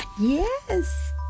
yes